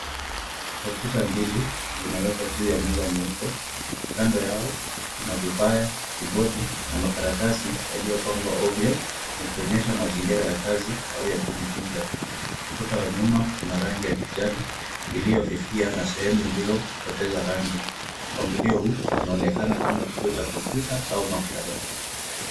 Computer mbili zimewekwa juu ya meza nyeupe kando yao kuna vipanya, kibondi na makaratasi yaliyopangwa ovyo yakionyesha mazingira ya kazi au ya kujifunza, ukuta wa nyuma una rangi ya kijani iliyofifia na sehemu ilizopoteza rangi, mpangilio huu unaonekana kama kituo cha computer au maktaba.